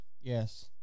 Yes